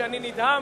שאני נדהם.